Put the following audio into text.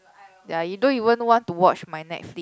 ya you don't even want to watch my Netflix